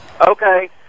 Okay